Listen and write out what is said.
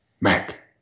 Mac